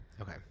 Okay